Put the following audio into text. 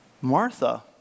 Martha